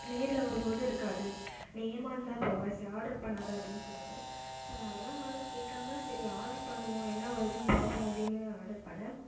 நேரில் வரும்போது இருக்காது நீ ஏமாந்துதான் போவே ஆர்டர் பண்ணாதே அப்படினு சொன்னாங்க ஸோ அதெலாம் கேட்காம சரி ஆர்டர் பண்ணுவோம் என்ன வருதுன்னு பார்ப்போம் அப்படினு ஆர்டர் பண்ணிணேன்